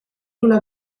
una